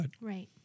Right